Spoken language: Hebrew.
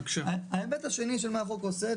ההיבט השני של מה החוק עושה,